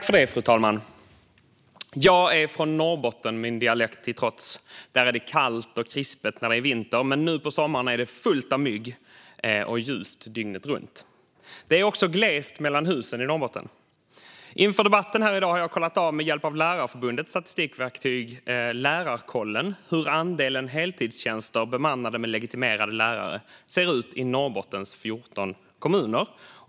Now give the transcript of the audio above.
Fru talman! Jag är från Norrbotten, min dialekt till trots. Där är det kallt och krispigt när det är vinter, men nu på sommaren är det fullt av mygg och ljust dygnet runt. Det är också glest mellan husen i Norrbotten. Inför dagens debatt har jag med hjälp av Lärarförbundets statistikverktyg Lärarkollen kollat hur det ser ut med andelen heltidstjänster bemannade med legitimerade lärare i Norrbottens 14 kommuner.